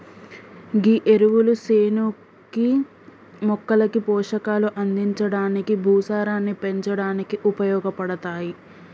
గీ ఎరువులు సేనుకి మొక్కలకి పోషకాలు అందించడానికి, భూసారాన్ని పెంచడానికి ఉపయోగపడతాయి